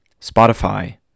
Spotify